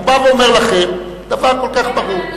הוא בא ואומר לכם דבר כל כך ברור,